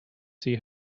see